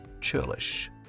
churlish